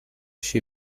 she